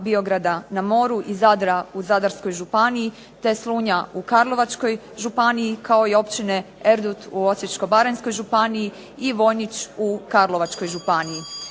Biograda n/m i Zadra u Zadarskoj županiji te Slunja u Karlovačkoj županiji kao i općine Erdut u Osječko-baranjskoj županiji i Vojnić u Karlovačkoj županiji.